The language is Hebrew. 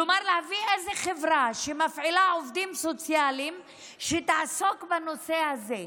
כלומר להביא איזו חברה שמפעילה עובדים סוציאליים שתעסוק בנושא הזה.